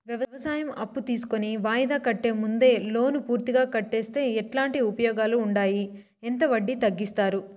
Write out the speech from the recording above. వ్యవసాయం అప్పు తీసుకొని వాయిదా కంటే ముందే లోను పూర్తిగా కట్టేస్తే ఎట్లాంటి ఉపయోగాలు ఉండాయి? ఎంత వడ్డీ తగ్గిస్తారు?